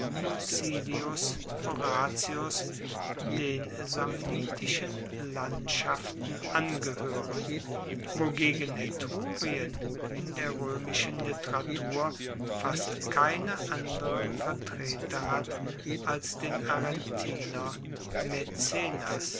den samnitischen landschaften angehoeren wogegen etrurien in der roemischen literatur fast keine anderen vertreter hat als den